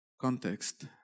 context